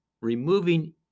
removing